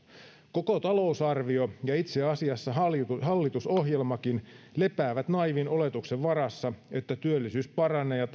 koko talousarvio ja itse asiassa hallitusohjelmakin lepäävät naiivin oletuksen varassa että työllisyys paranee ja